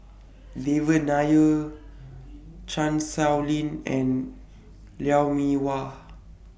Devan Nair Chan Sow Lin and Lou Mee Wah